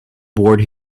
board